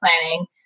planning